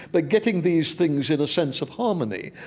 but getting these things in a sense of harmony.